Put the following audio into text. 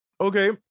okay